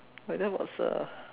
well that was a